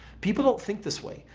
people don't think this way.